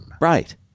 Right